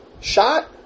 shot